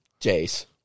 Jace